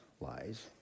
Lies